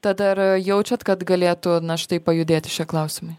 tad ar jaučiat kad galėtų na štai pajudėti šie klausimai